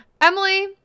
Emily